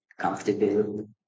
comfortable